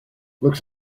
looks